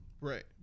Right